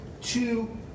two